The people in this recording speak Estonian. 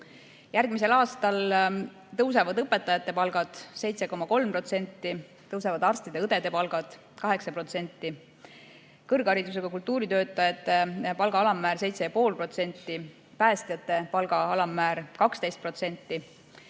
Järgmisel aastal tõusevad õpetajate palgad 7,3%, tõusevad arstide-õdede palgad 8%, kõrgharidusega kultuuritöötajate palga alammäär 7,5%, päästjate palga alammäär 12%,